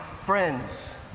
friends